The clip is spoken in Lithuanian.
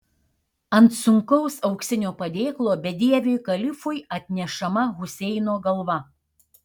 ant sunkaus auksinio padėklo bedieviui kalifui atnešama huseino galva